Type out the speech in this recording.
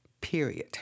period